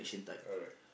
alright